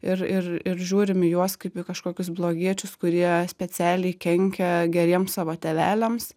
ir ir ir žiūrim į juos kaip į kažkokius blogiečius kurie specialiai kenkia geriem savo tėveliams